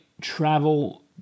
travel